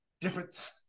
different –